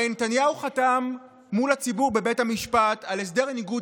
הרי נתניהו חתם מול הציבור בבית המשפט על הסדר ניגוד